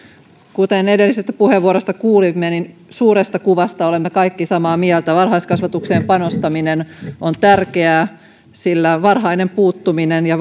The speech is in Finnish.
kuten edellisestä puheenvuorosta kuulimme suuresta kuvasta olemme kaikki samaa mieltä varhaiskasvatukseen panostaminen on tärkeää sillä varhainen puuttuminen ja